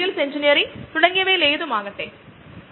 ഈ വീഡിയോ ലിസ്റ്റുചെയ്യുന്ന ചില ദോഷങ്ങളുമുണ്ട്